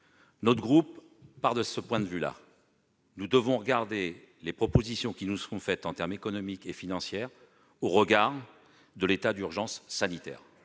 Mon groupe part de ce point de vue : nous devons examiner les propositions qui nous seront faites en termes économiques et financiers au regard de l'état d'urgence sanitaire